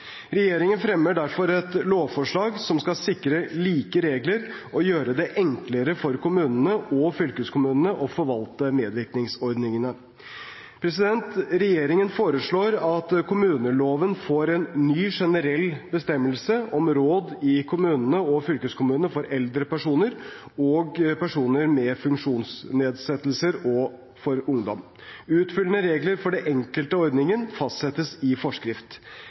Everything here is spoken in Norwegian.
Regjeringen fremmer derfor et lovforslag som skal sikre like regler og gjøre det enklere for kommunene og fylkeskommunene å forvalte medvirkningsordningene. Regjeringen foreslår at kommuneloven får en ny generell bestemmelse om råd i kommunene og fylkeskommunene for eldre personer, personer med funksjonsnedsettelser og ungdom. Utfyllende regler for den enkelte ordningen fastsettes i forskrift.